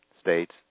states